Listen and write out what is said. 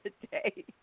today